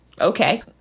Okay